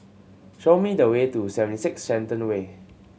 show me the way to Seventy Six Shenton Way